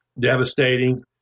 devastating